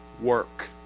work